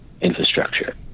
infrastructure